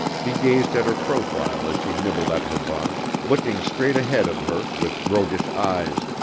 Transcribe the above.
he gazed at her profile as she nibbled at her bun, looking straight ahead of her with roguish eyes.